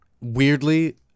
weirdly